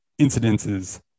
incidences